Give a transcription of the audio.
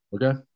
okay